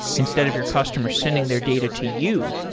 instead of your customer sending their data to you,